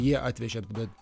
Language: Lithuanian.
jie atvežė bet